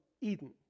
Eden